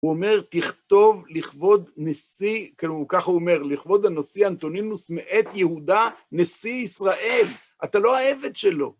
הוא אומר, תכתוב לכבוד נשיא, ככה הוא אומר, לכבוד הנשיא אנטונימוס מאת יהודה, נשיא ישראל. אתה לא העבד שלו.